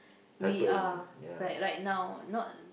we are but right now not